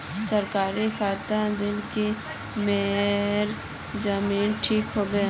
सरकारी खाद दिल की मोर जमीन ठीक होबे?